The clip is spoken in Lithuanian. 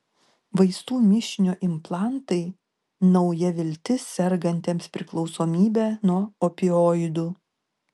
vaistų mišinio implantai nauja viltis sergantiems priklausomybe nuo opioidų